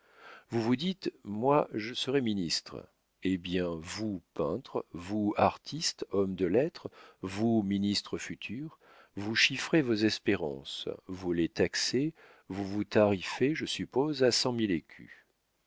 vous vous dites moi je serai ministre eh bien vous peintre vous artiste homme de lettres vous ministre futur vous chiffrez vos espérances vous les taxez vous vous tarifez je suppose à cent mille écus